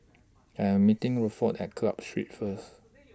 I Am meeting Rutherford At Club Street First